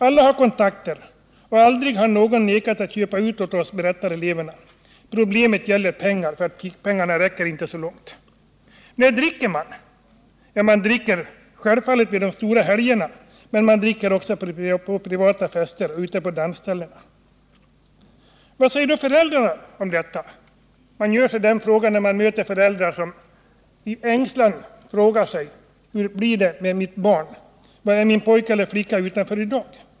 Alla har kontakter, och aldrig har någon vägrat att köpa sprit åt oss. Problemet gäller pengar, eftersom fickpengarna inte räcker så långt. När dricker man? Jo, man dricker självfallet vid de stora helgerna, men också på privata fester och ute på dansställen. Vad säger då föräldrarna om detta? Man ställer den frågan när man möter föräldrar som i ängslan frågar sig: Hur blir det med mitt barn? Vad är min pojke eller flicka ute på i dag?